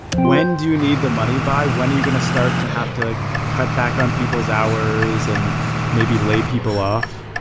when do you need the money by? when are you going to start to have to cut back on people's hours and maybe lay people off?